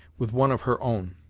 with one of her own.